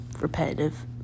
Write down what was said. repetitive